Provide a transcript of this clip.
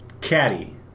Caddy